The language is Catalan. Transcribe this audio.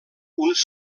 uns